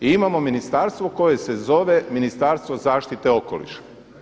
I imamo ministarstvo koje se zove Ministarstvo zaštite okoliša.